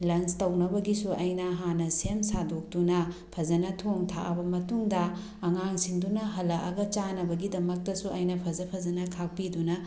ꯂꯟꯁ ꯇꯧꯅꯕꯒꯤꯁꯨ ꯑꯩꯅ ꯍꯥꯟꯅ ꯁꯦꯝ ꯁꯥꯗꯣꯛꯇꯨꯅ ꯐꯖꯅ ꯊꯣꯡ ꯊꯥꯛꯑ ꯃꯇꯨꯡꯗ ꯑꯉꯥꯡꯁꯤꯡꯗꯨꯅ ꯍꯂꯛꯑꯒ ꯆꯥꯅꯕꯒꯤꯗꯃꯛꯇꯁꯨ ꯑꯩꯅ ꯐꯖ ꯐꯖꯅ ꯈꯥꯛꯄꯤꯗꯨꯅ